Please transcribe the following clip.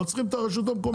לא צריך את הרשות המקומית.